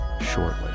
shortly